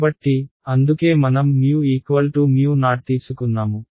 కాబట్టి అందుకే మనం O తీసుకున్నాము